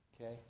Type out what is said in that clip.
Okay